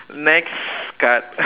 next card